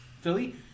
Philly